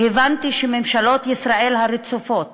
והבנתי שממשלות ישראל הרצופות